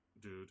Dude